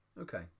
Okay